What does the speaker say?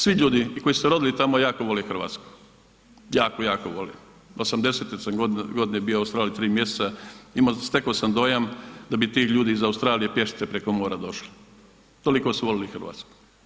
Svi ljudi i koji su se rodili tamo jako vole Hrvatsku, jako, jako vole, '80.-te sam godine bio u Australiji 3 mjeseca, stekao sam dojam da bi ti ljudi iz Australije pješice preko mora došli, toliko su voljeli Hrvatsku.